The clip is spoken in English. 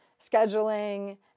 scheduling